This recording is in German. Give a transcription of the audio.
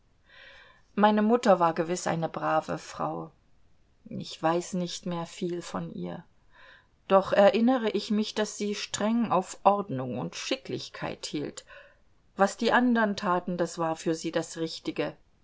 meine mutter war gewiß eine brave frau ich weiß nicht mehr viel von ihr doch erinnere ich mich daß sie streng auf ordnung und schicklichkeit hielt was die andern taten das war für sie das richtige